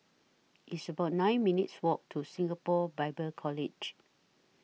It's about nine minutes' Walk to Singapore Bible College